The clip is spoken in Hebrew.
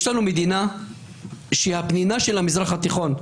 יש לנו מדינה שהיא הפנינה של המזרח-התיכון,